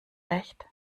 recht